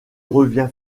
revient